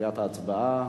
לקראת ההצבעה.